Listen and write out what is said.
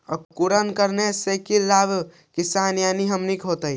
अंकुरण करने से की लाभ किसान यानी हमनि के होतय?